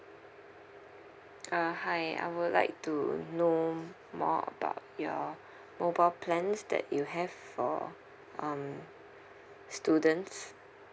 uh hi I would like to know more about your mobile plans that you have for um students